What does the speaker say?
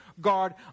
God